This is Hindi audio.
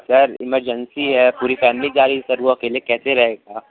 सर इमरजेंसी है पूरी फॅमिली जा रही है वो अकेले कैसे रहेगा